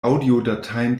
audiodateien